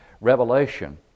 revelation